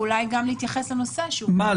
אולי גם להתייחס לנושא שהוא --- מה,